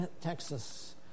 Texas